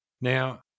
Now